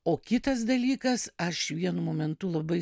o kitas dalykas aš vienu momentu labai